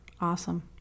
awesome